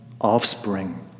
offspring